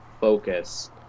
focus